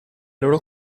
loro